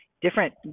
different